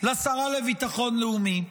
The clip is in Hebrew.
לשרה לביטחון לאומי.